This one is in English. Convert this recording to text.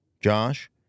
Josh